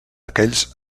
aquells